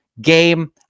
game